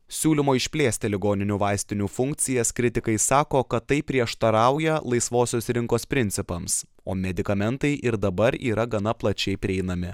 siūlymo išplėsti ligoninių vaistinių funkcijas kritikai sako kad tai prieštarauja laisvosios rinkos principams o medikamentai ir dabar yra gana plačiai prieinami